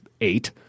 eight